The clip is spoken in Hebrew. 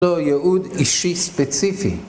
לא יעוד אישי ספציפי